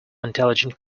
intelligence